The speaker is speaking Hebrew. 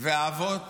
והאבות